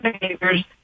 behaviors